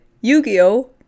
Yu-Gi-Oh